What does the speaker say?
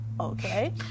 Okay